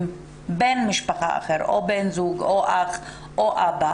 אם בן משפחה אחר או בן-זוג או אח או אבא